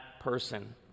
person